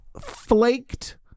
flaked